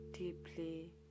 deeply